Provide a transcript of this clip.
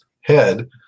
Head